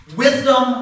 wisdom